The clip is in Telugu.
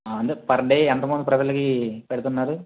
అంటే పర్డే ఎంతమంది ప్రజలకి పెడతన్నారు